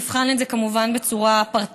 והשר יבחן את זה כמובן בצורה פרטנית.